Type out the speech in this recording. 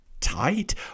tight